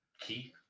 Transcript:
Keith